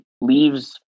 leaves